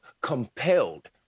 compelled